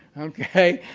okay?